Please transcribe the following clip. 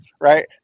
right